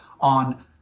on